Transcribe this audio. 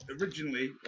originally